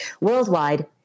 Worldwide